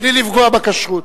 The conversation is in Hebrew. בלי לפגוע בכשרות.